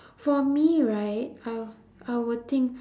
for me right I'll I would think